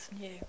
new